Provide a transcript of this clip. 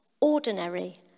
ordinary